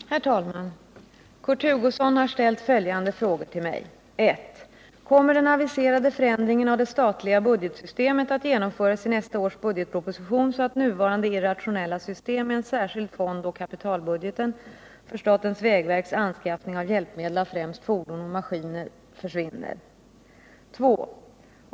174, och anförde: Herr talman! Kurt Hugosson har ställt följande frågor till mig. 1. Kommer den aviserade förändringen av det statliga budgetsystemet att genomföras i nästa års budgetproposition så att nuvarande irrationella system med en särskild fond å kapitalbudgeten för statens vägverks anskaffning av hjälpmedel av främst fordon och maskiner försvinner? 2.